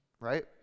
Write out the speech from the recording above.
right